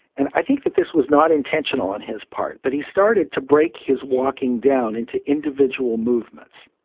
and i think that this was not intentional on his part but he started to break his walking down into individual movements.